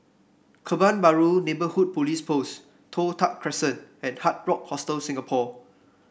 Kebun Baru Neighbourhood Police Post Toh Tuck Crescent and Hard Rock Hostel Singapore